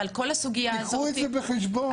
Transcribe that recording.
תיקחו אותה בחשבון.